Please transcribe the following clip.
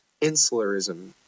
insularism